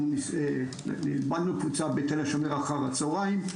לימדנו קבוצה בתל-השומר אחר הצהריים.